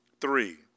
Three